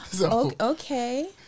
Okay